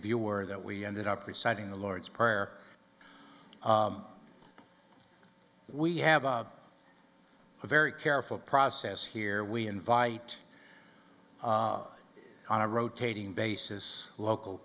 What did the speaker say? of you were that we ended up reciting the lord's prayer we have a very careful process here we invite on a rotating basis local